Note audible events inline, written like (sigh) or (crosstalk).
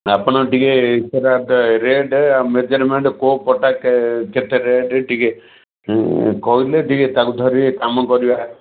ଆପଣ ଟିକେ ସେଇଟା ରେଟ୍ ଆଉ ମେଜରମେଣ୍ଟ୍ କେଉଁ ପଟା (unintelligible) କେତେ ରେଟ୍ ଟିକେ କହିଲେ ଟିକେ ତାକୁ ଧରି କାମ କରିବା